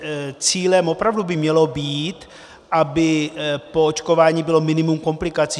Že cílem by opravdu mělo být, aby po očkování bylo minimum komplikací.